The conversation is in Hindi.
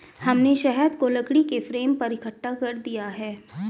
हमने शहद को लकड़ी के फ्रेम पर इकट्ठा कर दिया है